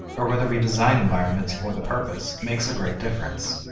or whether we design environments for the purpose makes a great difference.